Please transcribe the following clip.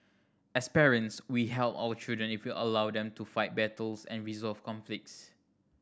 as parents we help our children if we allow them to fight battles and resolve conflicts